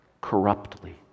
corruptly